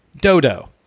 Dodo